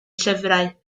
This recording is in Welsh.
llyfrau